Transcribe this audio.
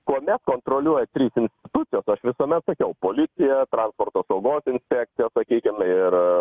kuomet kontroliuoja trys institucijos aš visuomet sakiau policija transporto saugos inspekcija sakykim ir